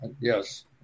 yes